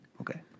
Okay